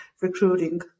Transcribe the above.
recruiting